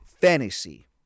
Fantasy